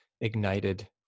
ignited